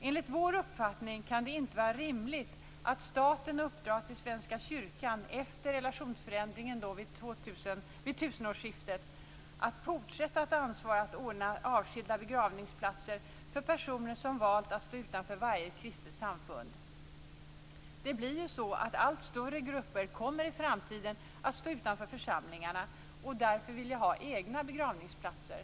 Enligt vår uppfattning kan det inte var rimligt att staten uppdrar åt Svenska kyrkan att, efter relationsförändringen vid tusenårsskiftet, fortsätta att ansvara för att ordna avskilda begravningsplatser för personer som valt att stå utanför varje kristet samfund. Det blir ju så att allt större grupper i framtiden kommer att stå utanför församlingarna och därför vilja ha egna begravningsplatser.